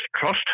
trust